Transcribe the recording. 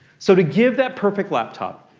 so to give that perfect laptop,